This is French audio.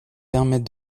permettent